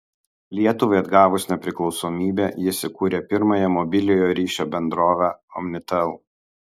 lietuvai atgavus nepriklausomybę jis įkūrė pirmąją mobiliojo ryšio bendrovę omnitel